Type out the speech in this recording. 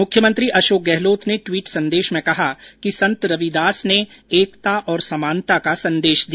मुख्यमंत्री अशोक गहलोत ने ट्वीट संदेश में कहा कि संत रविदास ने एकता और समानता का संदेश दिया